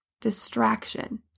distraction